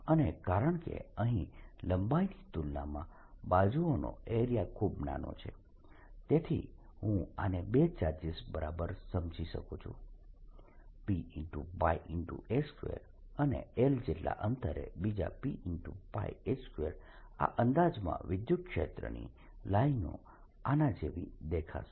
અને કારણકે અહીં લંબાઈની તુલનામાં બાજુઓનો એરિયા ખૂબ નાનો છે તેથી હું આને બે ચાર્જીસની બરાબર સમજી શકું છું Pa2 અને l જેટલા અંતરે બીજા Pa2 આ અંદાજમાં વિદ્યુતક્ષેત્રની લાઇનો આના જેવી દેખાશે